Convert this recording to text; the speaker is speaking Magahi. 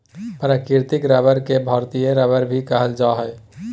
प्राकृतिक रबर के भारतीय रबर भी कहल जा हइ